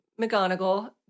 McGonagall